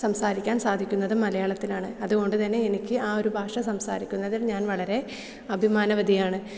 സംസാരിക്കാൻ സാധിക്കുന്നത് മലയാളത്തിലാണ് അതു കൊണ്ടു തന്നെ എനിക്ക് ആ ഒരു ഭാഷ സംസാരിക്കുന്നതിൽ ഞാൻ വളരേ അഭിമാനവതിയാണ്